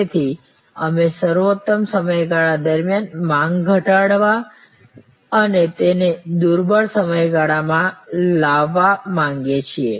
તેથી અમે સર્વોતમ સમયગાળા દરમિયાન માંગ ઘટાડવા અને તેને દૂરબડ સમયગાળા માં લાવવા માંગીએ છીએ